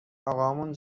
آقامون